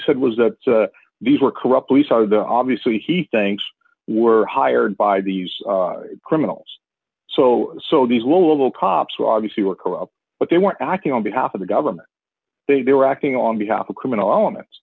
said was that these were corrupt police are the obviously he thinks were hired by these criminals so so these little cops who obviously were corrupt but they weren't acting on behalf of the government they they were acting on behalf of criminal elements